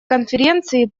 конференции